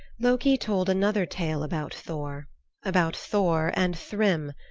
loki told another tale about thor about thor and thrym,